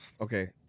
Okay